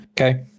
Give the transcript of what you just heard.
Okay